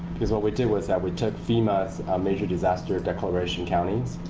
because what we did was that we took fema's major disaster declaration counties,